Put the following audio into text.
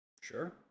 Sure